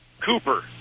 Cooper